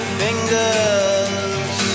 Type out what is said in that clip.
fingers